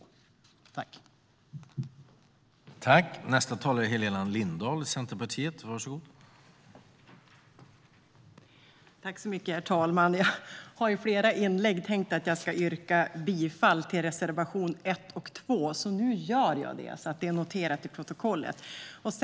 Staten och kapitalet - struktur för finansie-ring av innovation och hållbar tillväxt